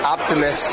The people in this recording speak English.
Optimus